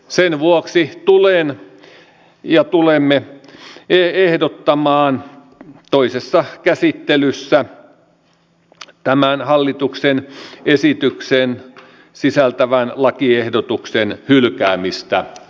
sen vuoksi tulen ja tulemme ehdottamaan toisessa käsittelyssä tämän hallituksen esityksen sisältämän lakiesityksen hylkäämistä